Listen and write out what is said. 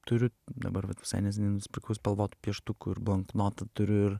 turiu dabar vat visai neseniai nusipirkau spalvotų pieštukų ir blanknotą turiu ir